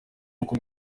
n’uko